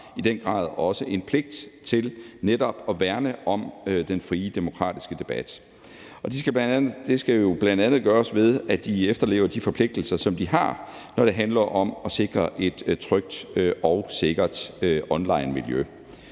i den grad også en pligt til netop at værne om den frie demokratiske debat. Og det skal jo bl.a. gøres ved, at de efterlever de forpligtelser, som de har, når det handler om at sikre et trygt og sikkert onlinemiljø.